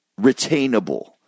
retainable